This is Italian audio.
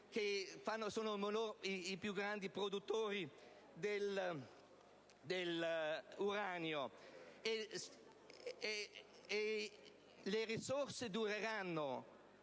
che sono i più grandi produttori di uranio. E le risorse dureranno,